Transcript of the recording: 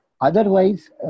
Otherwise